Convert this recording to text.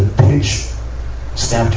pitch snap